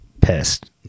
pissed